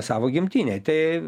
savo gimtinėj tai